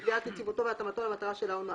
לקביעת יציבותו והתאמתו למטרה שלה הוא נועד".